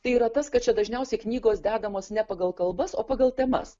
tai yra tas kad čia dažniausiai knygos dedamos ne pagal kalbas o pagal temas